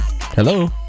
Hello